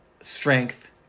strength